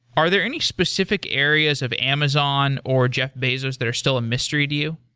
are there any specific areas of amazon or jeff bazos that are still a mystery to you?